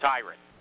Tyrant